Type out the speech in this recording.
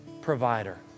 Provider